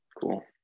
Cool